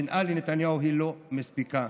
שנאה לנתניהו לא מספיקה.